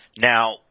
Now